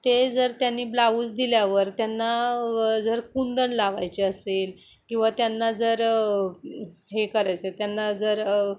ते जर त्यांनी ब्लाऊज दिल्यावर त्यांना जर कुंदन लावायचे असेल किंवा त्यांना जर हे करायचं त्यांना जर